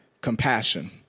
compassion